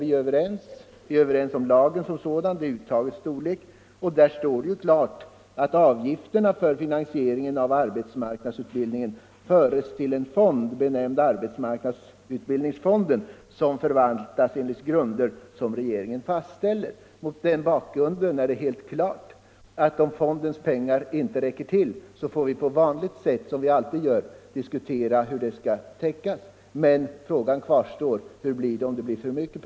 Vi är överens om lagen som sådan, och i 5§ står det: ”Avgifterna för finansiering av arbetsmarknadsutbildningen föres till en fond, benämnd arbetsmarknadsutbildningsfonden, som förvaltas enligt grunder som regeringen fastställer.” Mot den bakgrunden är det alldeles klart att om pengarna inte räcker till får vi på vanligt sätt diskutera hur bristen skall täckas.